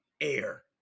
air